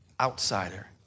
Outsider